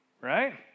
right